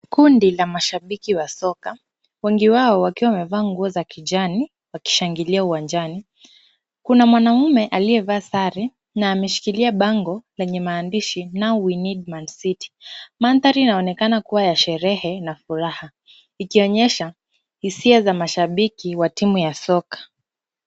Kundi la mashabiki wa soka , wengi wao wakiwa wamevaa nguo za kijani, wakishangilia uwanjani. Kuna mwanamume aliyevaa sare na ameshikilia bango lenye maandishi now we need Man city . Mandhari inaonekana kuwa ya sherehe na furaha ikionyesha hisia za mashabiki wa timu ya soka .